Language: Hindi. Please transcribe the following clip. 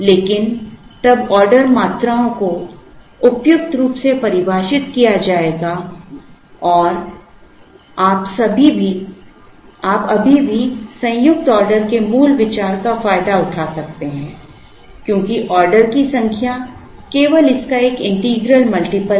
लेकिन तब ऑर्डर मात्राओं को उपयुक्त रूप से परिभाषित किया जाएगा और आप अभी भी संयुक्त ऑर्डर के मूल विचार का फायदा उठा सकते हैं क्योंकि ऑर्डर की संख्या केवल इसका एक इंटीग्रल मल्टीपल है